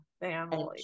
family